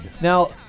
Now